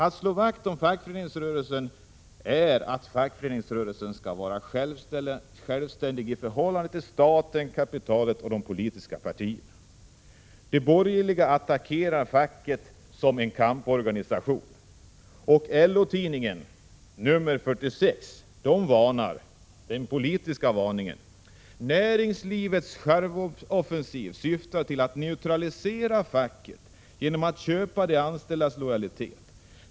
Att slå vakt om fackföreningsrörelsen betyder att fackföreningsrörelsen skall vara självständig i förhållande till staten, kapitalet och de politiska partierna. De borgerliga attackerar facket som kamporganisation, och LO-tidningen nr 46 utfärdar den politiska varningen: ”Näringslivets charmoffensiv syftar till att neutralisera facket genom att köpa de anställdas lojalitet.